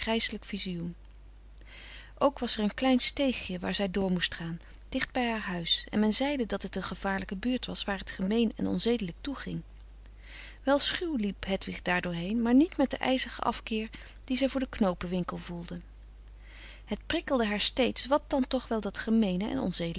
vizioen ook was er een klein steegje waar zij door moest gaan dicht bij haar huis en men zeide dat het een gevaarlijke buurt was waar het gemeen en onzedelijk toeging wel schuw liep hedwig daar door heen maar niet met den ijzigen afkeer dien zij voor den knoopenfrederik van eeden van de koele meren des doods winkel voelde het prikkelde haar steeds wat dan toch wel dat gemeene en